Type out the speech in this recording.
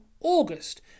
august